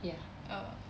ya